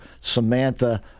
Samantha